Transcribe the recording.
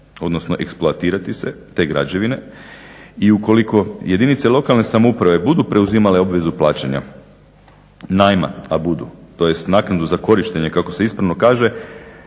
odnosno eksploatirati se, te građevine. I ukoliko jedinice lokalne samouprave budu preuzimale obvezu plaćanja najma a budu, tj. naknadu za korištenje kako se ispravno kaže